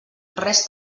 res